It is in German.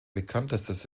bekanntestes